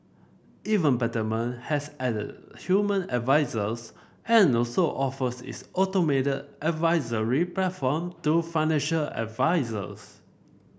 even Betterment has added human advisers and also offers its automated advisory platform to financial advisers